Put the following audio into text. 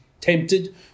tempted